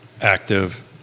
active